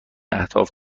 اهداف